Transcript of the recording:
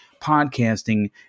podcasting